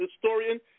historian